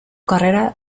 carrera